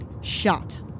shot